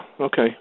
Okay